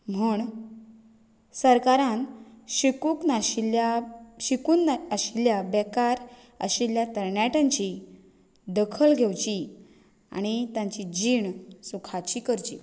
म्हण सरकारान शिकूंक नाशिल्ल्या शिकून आशिल्ल्या बेकार आशिल्ल्या तरणाट्यांची दखल घेवची आनी तांची जीण सुखाची करची